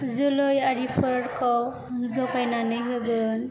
जोलै आरिफोरखौ जगायनानै होगोन